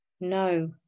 No